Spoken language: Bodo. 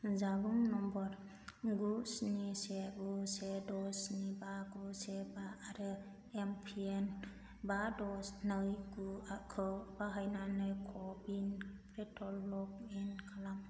जानबुं नम्बर गु स्नि से गु से द' स्नि बा गु से बा आरो एम पिन बा द' नै गु खौ बाहायनानै क' विन पर्टेलाव लग इन खालाम